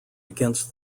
against